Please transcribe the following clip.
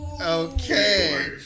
Okay